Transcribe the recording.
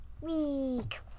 week